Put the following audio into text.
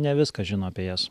ne viską žino apie jas